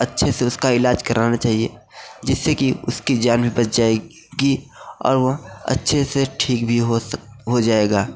अच्छे से उसका इलाज करवाना चहिए जिससे कि उसकी जान भी बच जाएगी और वह अच्छे से ठीक भी हो सक हो जाएगा